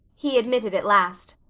he admitted at last,